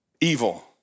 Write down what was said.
Evil